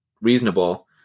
reasonable